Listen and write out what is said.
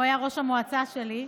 הוא היה ראש המועצה שלי.